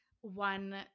one